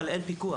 אין על כך פיקוח.